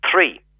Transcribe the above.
Three